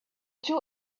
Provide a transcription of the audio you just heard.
two